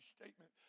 statement